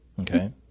Okay